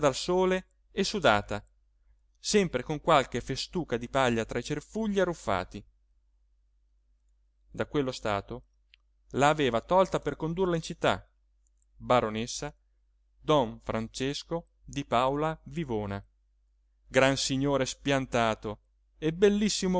sole e sudata sempre con qualche festuca di paglia tra i cerfugli arruffati da quello stato la aveva tolta per condurla in città baronessa don francesco di paola vivona gran signore spiantato e bellissimo